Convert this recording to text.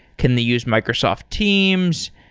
can they use microsoft teams?